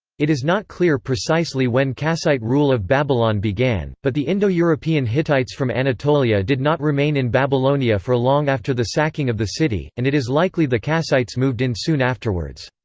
it is not clear precisely when kassite rule of babylon began, but the indo-european hittites from anatolia did not remain in babylonia for long after the sacking of the city, and it is likely the kassites moved in soon afterwards.